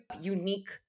unique